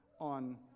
on